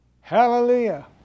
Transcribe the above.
Hallelujah